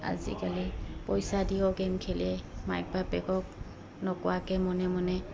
আজিকালি পইচা দিয়ো গে'ম খেলে মাক বাপেকক নকোৱাকৈ মনে মনে